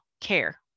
care